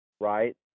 Right